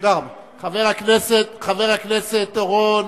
חבר הכנסת אורון,